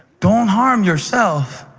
don't harm yourself!